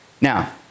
Now